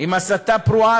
עם הסתה פרועה,